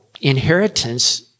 inheritance